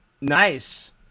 Nice